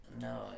No